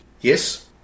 yes